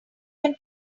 can